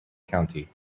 county